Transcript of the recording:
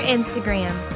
Instagram